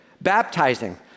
Baptizing